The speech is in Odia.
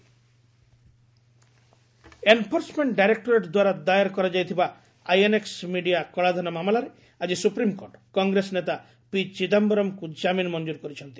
ଏସ୍ସି ଚିଦାମ୍ଘରମ୍ ଏନ୍ଫୋର୍ସମେଣ୍ଟ ଡାଇରେକ୍ଟୋରେଟ୍ ଦ୍ୱାରା ଦାଏର କରାଯାଇଥିବା ଆଇଏନ୍ଏକ୍ ମିଡିଆ କଳାଧନ ମାମଲାରେ ଆଜି ସୁପ୍ରିମ୍କୋର୍ଟ କଂଗ୍ରେସ ନେତା ପି ଚିଦାୟରମ୍ଙ୍କୁ ଜାମିନ୍ ମଞ୍ଜୁର କରିଛନ୍ତି